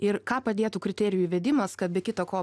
ir ką padėtų kriterijų įvedimas kad be kita ko